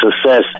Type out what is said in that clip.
success